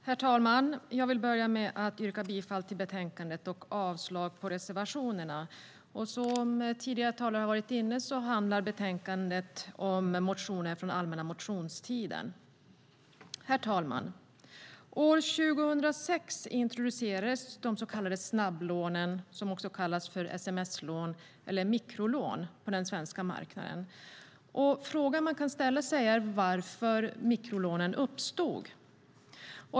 Herr talman! Jag ska börja med att yrka bifall till förslaget i betänkandet och avslag på reservationerna. Som tidigare talare har varit inne på handlar betänkandet om motioner från allmänna motionstiden. Herr talman! År 2006 introducerades de så kallade snabblånen, som också kallas för sms-lån eller mikrolån, på den svenska marknaden. Den fråga man kan ställa sig är varför mikrolånen uppstod.